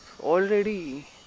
already